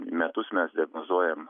metus mes diagnozuojam